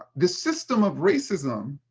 this system of racism